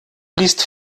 liest